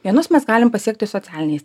vienus mes galim pasiekti socialiniais